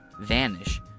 vanish